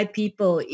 people